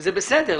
שזה בסדר.